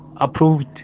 approved